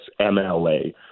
MLA